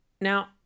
now